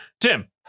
Tim